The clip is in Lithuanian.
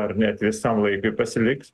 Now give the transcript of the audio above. ar net visam laikui pasiliks